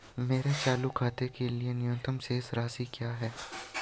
मेरे चालू खाते के लिए न्यूनतम शेष राशि क्या है?